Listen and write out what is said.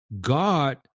God